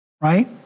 Right